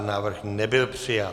Návrh nebyl přijat.